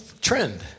trend